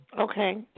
Okay